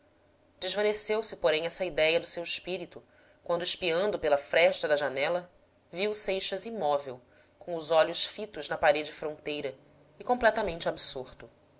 cerimônias desvaneceu se porém essa idéia do seu espírito quando espiando pela fresta da janela viu seixas imóvel com os olhos fitos na parede fronteira e completamente absorto